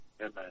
Amen